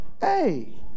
Hey